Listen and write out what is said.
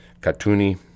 Katuni